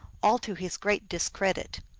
all to his great discredit.